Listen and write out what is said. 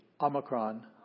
Omicron